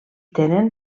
tenen